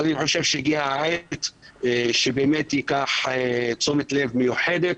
אבל אני חושב שהגיעה העת לתת תשומת לב מיוחדת.